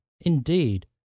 Indeed